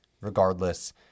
Regardless